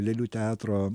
lėlių teatro